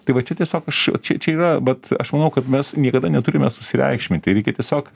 tai va čia tiesiog aš čia čia yra vat aš manau kad mes niekada neturime susireikšminti reikia tiesiog